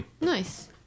nice